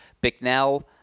Bicknell